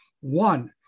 One